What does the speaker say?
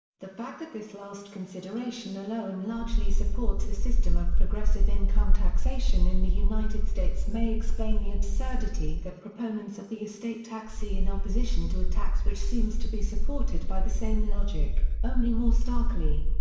the fact that this last consideration alone largely supports the system of progressive income taxation in the united states may explain the absurdity that proponents of the estate tax see in opposition to a tax which seems to be supported by the same logic, only more starkly.